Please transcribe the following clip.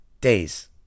days